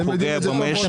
הוא פוגע במשק.